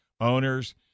owners